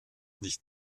nicht